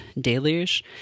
deluge